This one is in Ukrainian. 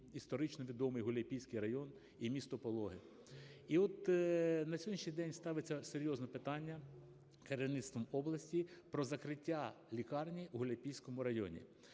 історично відомий Гуляйпільський район і місто Пологи. І от на сьогоднішній день ставиться серйозне питання керівництвом області про закриття лікарні у Гуляйпільському районі.